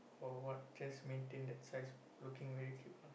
or what just maintain that size looking very cute one